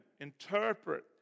interpret